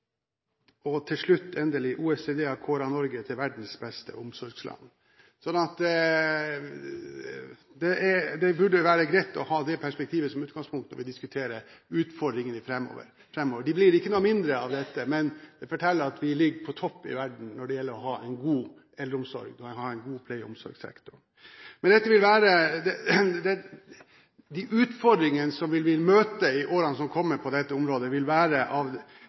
Og til slutt: OECD har kåret Norge til verdens beste omsorgsland. Det burde være greit å ha dette perspektivet som utgangspunkt når vi diskuterer utfordringene framover. De blir ikke noe mindre av dette, men det forteller at vi ligger på topp i verden når det gjelder å ha en god eldreomsorg og en god pleie- og omsorgssektor. De utfordringene som vi vil møte i årene som kommer på dette området, vil være av